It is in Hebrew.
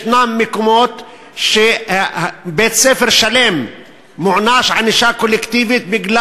יש מקומות שבית-ספר שלם מוענש ענישה קולקטיבית מפני